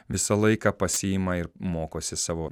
visą laiką pasiima ir mokosi savo